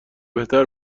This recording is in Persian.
بهتر